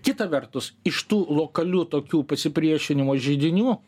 kita vertus iš tų lokalių tokių pasipriešinimo židinių